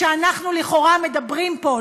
כשאנחנו לכאורה מדברים פה,